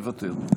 מוותר.